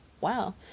wow